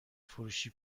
فروشی